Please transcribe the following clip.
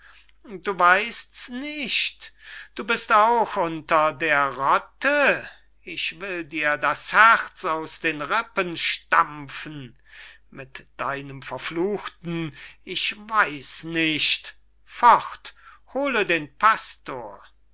du weißt's nicht du bist auch unter der rotte ich will dir das herz aus den rippen stampfen mit deinem verfluchten ich weiß nicht fort hole den pastor